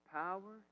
power